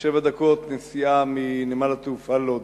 במרחק שבע דקות נסיעה מנמל התעופה לוד.